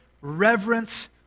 reverence